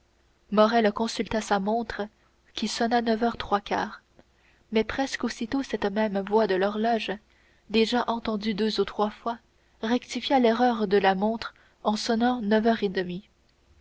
morrel consulta sa montre qui sonna neuf heures trois quarts mais presque aussitôt cette même voix de l'horloge déjà entendue deux ou trois fois rectifia l'erreur de la montre en sonnant neuf heures et demie